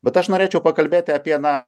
bet aš norėčiau pakalbėti apie na